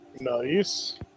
Nice